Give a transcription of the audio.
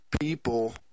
people